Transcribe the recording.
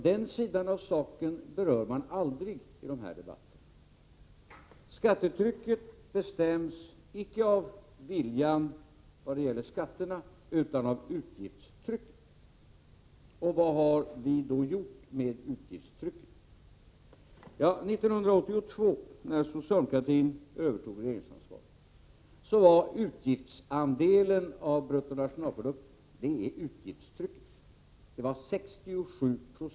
Den sidan av saken berör man aldrig i de här debatterna. Skattetrycket bestäms icke av viljan att höja skatterna utan av utgiftstrycket. Vad har vi då gjort när det gäller utgiftstrycket? År 1982 när socialdemokratin övertog regeringsansvaret var utgiftsandelen av bruttonationalprodukten 67 Jo.